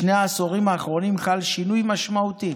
בשני העשורים האחרונים חל שינוי משמעותי